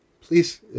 please